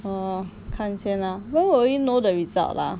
orh 看先 lah when will you know the result ah